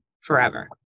forever